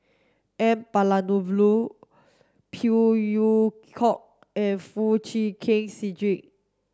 N Palanivelu Phey Yew Kok and Foo Chee Keng Cedric